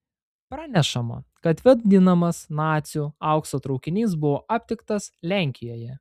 pranešama kad vadinamas nacių aukso traukinys buvo aptiktas lenkijoje